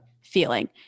feeling